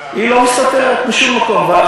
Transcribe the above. מאחורי הצעת חוק, היא לא מסתתרת בשום מקום.